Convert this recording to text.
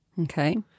Okay